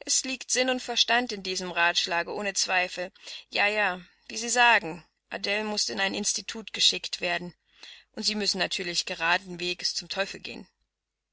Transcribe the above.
es liegt sinn und verstand in diesem ratschlage ohne zweifel ja ja wie sie sagen adele muß in ein institut geschickt werden und sie müssen natürlich geraden weges zum teufel gehen